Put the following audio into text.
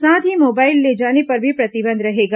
साथ ही मोबाइल ले जाने पर भी प्रतिबंध रहेगा